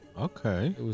Okay